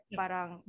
parang